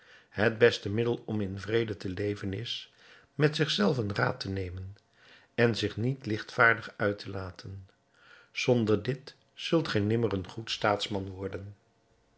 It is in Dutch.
het beste middel om in vrede te leven is met zich zelven raad te nemen en zich niet ligtvaardig uit te laten zonder dit zult gij nimmer een goed staatsman worden